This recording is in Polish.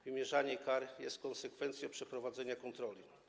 Wymierzanie kar jest konsekwencją przeprowadzenia kontroli.